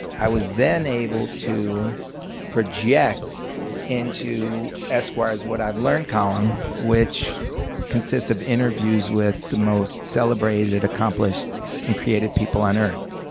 i was then able to project into esquire's what i've learned column, which consists of interviews with the most celebrated, accomplished and creative people on earth.